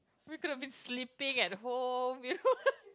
we could have been sleeping at home